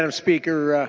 um speaker.